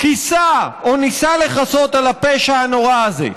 כיסה או ניסה לכסות על הפשע הנורא הזה.